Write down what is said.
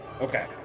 okay